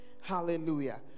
Hallelujah